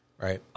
Right